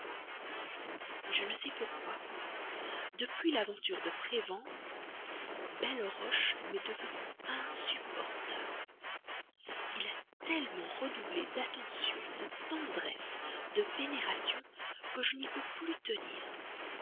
je ne sais pourquoi depuis l'aventure de prévan belleroche m'est devenu insupportable il a tellement redoublé d'attention de tendresse de vénération que je n'y peux plus tenir